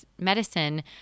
Medicine